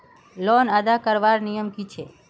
Loan अदा करवार नियम की छे?